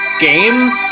games